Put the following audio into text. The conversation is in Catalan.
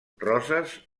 roses